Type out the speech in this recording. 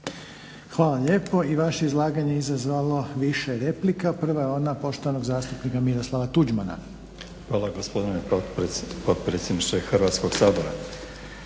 Hvala lijepo. I vaše je izlaganje izazvalo više replika. Prva je ona poštovanog zastupnika Miroslava Tuđmana. **Tuđman, Miroslav (HDZ)** Hvala gospodine potpredsjedniče Hrvatskog sabora.